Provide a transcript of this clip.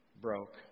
broke